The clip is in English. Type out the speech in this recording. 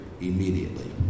immediately